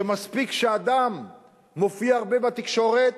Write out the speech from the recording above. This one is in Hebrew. שמספיק שאדם מופיע הרבה בתקשורת,